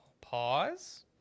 Pause